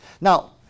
Now